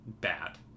bad